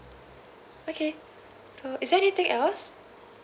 okay so is there anything else